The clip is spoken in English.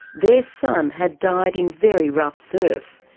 their son had died in very rough surf.